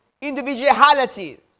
Individualities